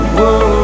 Whoa